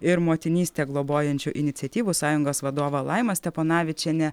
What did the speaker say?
ir motinystę globojančių iniciatyvų sąjungos vadova laima steponavičienė